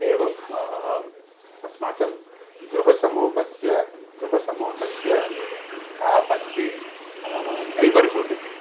एवम् अस्माकं गृहसमूहस्य गृहसमूहस्य आप् अस्ति नैबर्हुड् इति